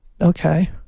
okay